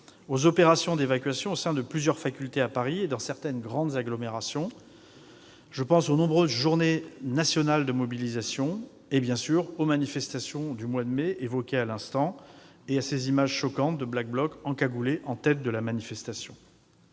aux opérations d'évacuation menées au sein de plusieurs facultés à Paris et dans certaines grandes agglomérations, aux nombreuses journées nationales de mobilisation et, bien sûr, aux manifestations du mois de mai évoquées il y a quelques instants et à ces images choquantes de Black Blocs encagoulés en tête de la manifestation.